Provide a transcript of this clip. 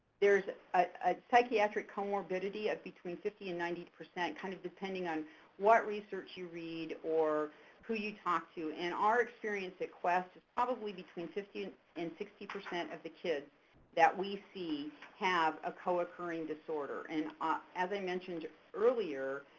there's a psychiatric comorbidity of between fifty and ninety, kind of depending on what research you read or who you talk to and our experience at quest is probably between fifty and sixty percent of the kids that we see have a co-occurring disorder and ah as i mentioned earlier,